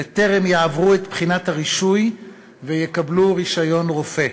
בטרם יעברו את בחינת הרישוי ויקבלו רישיון רופא.